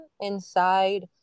inside